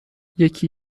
یکی